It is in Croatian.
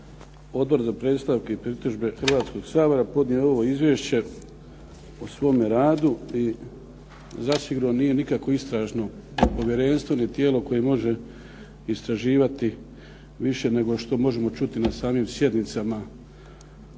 Odbor za predstavke i pritužbe Hrvatskoga sabora podnio je ovo Izvješće o svome radu i zasigurno nije nikakvo istražno povjerenstvo ni tijelo koje može istraživati više nego što možemo čuti na samim sjednicama Odbora.